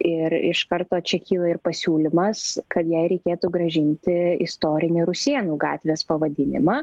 ir iš karto čia kyla ir pasiūlymas kad jai reikėtų grąžinti istorinį rusėnų gatvės pavadinimą